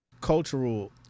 cultural